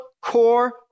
core